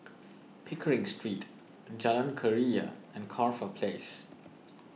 Pickering Street Jalan Keria and Corfe Place